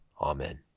Amen